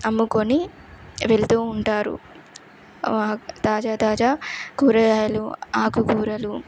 అమ్ముకొని వెళ్తూ ఉంటారు తాజా తాజా కూరగాయలు ఆకుకూరలు